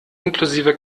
inklusive